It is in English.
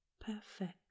perfect